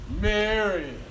Mary